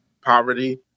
poverty